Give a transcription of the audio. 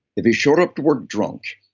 if we showed up to work drunk,